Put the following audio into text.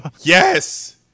Yes